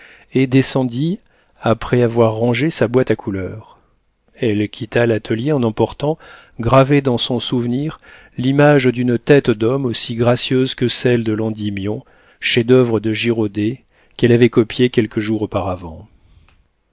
et descendit après avoir rangé sa boîte à couleurs elle quitta l'atelier en emportant gravée dans son souvenir l'image d'une tête d'homme aussi gracieuse que celle de l'endymion chef-d'oeuvre de girodet qu'elle avait copié quelques jours auparavant